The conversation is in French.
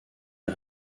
les